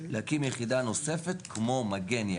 להקים יחידה נוספת כמו "מגן",